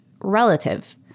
relative